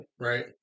right